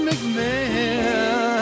McMahon